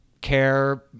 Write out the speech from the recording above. care